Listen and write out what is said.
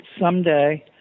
someday